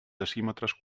decímetres